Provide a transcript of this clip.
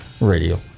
Radio